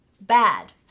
bad